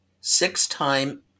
six-time